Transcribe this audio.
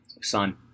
son